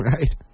Right